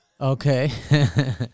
Okay